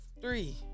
three